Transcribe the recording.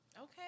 Okay